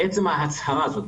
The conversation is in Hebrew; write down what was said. עצם ההצהרה הזאת,